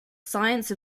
science